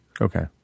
Okay